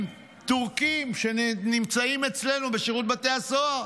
טורקים שנמצאים אצלנו בשירות בתי הסוהר,